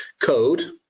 code